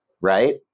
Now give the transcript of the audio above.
right